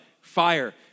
fire